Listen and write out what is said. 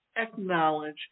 acknowledge